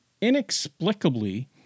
inexplicably